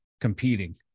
competing